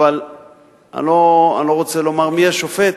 אבל אני לא רוצה לומר מי השופט,